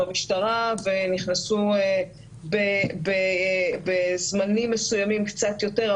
המשטרה ונכנסו בזמנים מסוימים קצת יותר,